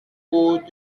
code